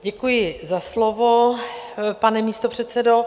Děkuji za slovo, pane místopředsedo.